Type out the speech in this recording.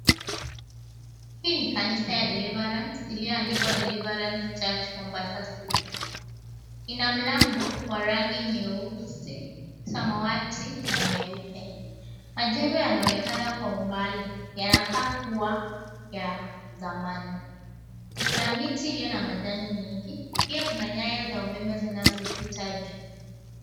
Hii ni kanisa ya Deliverance iliyoandikwa Deliverance Church, Mombasa City. Ina mlango wa rangi nyeusi, samawati na nyeupe. Majengo yanaonekana kwa umbali. Yanakaa kuwa ya zamani. Kuna miti iliyo na majani mingi, pia kuna nyaya za umeme zinazo pita juu.